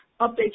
update